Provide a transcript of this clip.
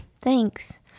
Thanks